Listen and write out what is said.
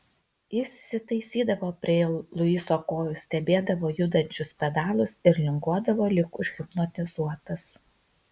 jis įsitaisydavo prie luiso kojų stebėdavo judančius pedalus ir linguodavo lyg užhipnotizuotas